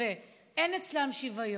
אין אצלם שוויון.